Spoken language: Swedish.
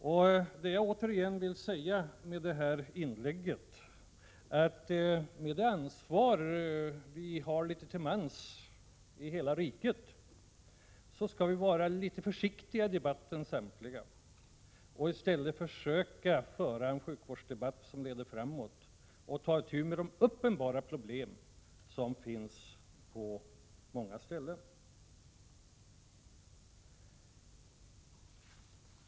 Vad jag återigen vill säga i detta inlägg är att vi samtliga här, med det ansvar vi har litet till mans på olika håll i hela riket, skall vara försiktiga i debatten och i stället försöka föra en sjukvårdsdebatt som leder framåt och ta itu med de uppenbara problem som finns på många ställen.